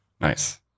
nice